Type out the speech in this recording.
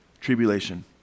tribulation